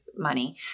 money